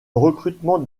recrutement